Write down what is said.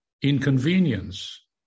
Inconvenience